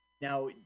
Now